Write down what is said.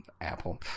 Apple